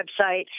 website